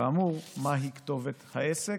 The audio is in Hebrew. כאמור, מהי כתובת העסק.